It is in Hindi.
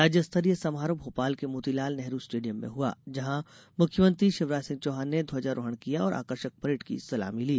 राज्यस्तरीय समारोह भोपाल के मोतीलाल नेहरू स्टेडियम में हुआ जहां मुख्यमंत्री शिवराज सिंह चौहान ने ध्वजारोहण किया और आकर्षक परेड की सलामी ली